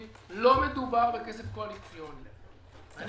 ברור, אבל